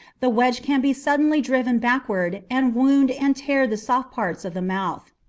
the wedge can be suddenly driven backward and wound and tear the soft parts of the mouth.